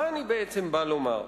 מה אני בעצם בא לומר?